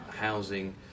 housing